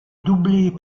doublée